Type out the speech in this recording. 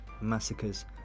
massacres